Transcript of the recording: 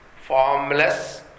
formless